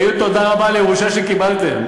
תגידו תודה רבה על הירושה שקיבלתם.